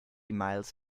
miles